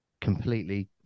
completely